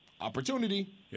opportunity